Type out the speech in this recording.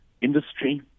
industry